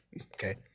okay